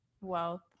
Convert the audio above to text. Wealth